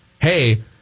hey